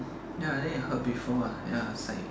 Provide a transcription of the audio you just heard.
ya I think I heard before ah I was like